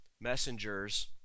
messengers